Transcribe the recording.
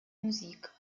musik